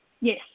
yes